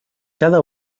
cada